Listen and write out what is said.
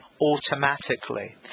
automatically